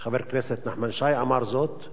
לא לפגוע בערבים או ביהודים,